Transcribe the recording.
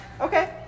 Okay